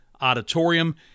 Auditorium